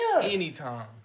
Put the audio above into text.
Anytime